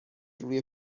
روی